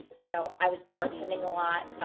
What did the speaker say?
you know, i was bartending a lot,